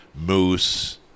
Moose